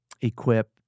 equip